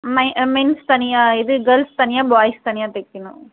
ம் மெ மென்ஸ்க்கு தனியாக இது க்கேர்ள்ஸ்க்கு தனியாக பாய்ஸ்க்கு தனியாக தைக்கணும்